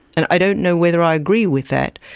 and i don't know whether i agree with that,